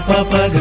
Papa